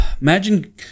imagine